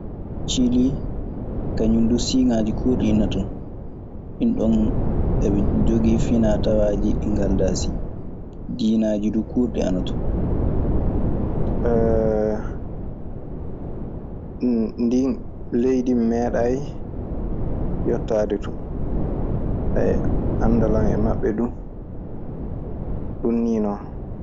Cilii, kañun duu siŋaaji kuurɗi ne ton. Ɗun ɗon, e ɓe njogii finaa tawaaji ɗi ngaldaa sii. Diinaaji du kuurɗi ana ton. ndin leedi, mi meeɗay yottaade ton. Aya anndal an e maɓɓe du, ɗun niinon.